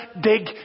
dig